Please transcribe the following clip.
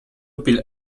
peel